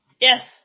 yes